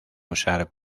usar